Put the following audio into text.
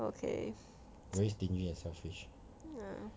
okay ya